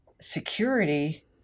security